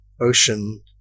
ocean